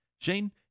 Shane